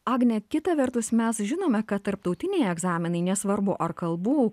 agne kita vertus mes žinome kad tarptautiniai egzaminai nesvarbu ar kalbų